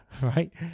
right